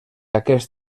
aquest